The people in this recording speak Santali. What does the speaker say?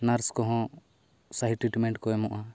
ᱱᱟᱨᱥ ᱠᱚᱦᱚᱸ ᱥᱟᱹᱦᱤ ᱴᱤᱴᱢᱮᱱᱴ ᱠᱚ ᱮᱢᱚᱜᱼᱟ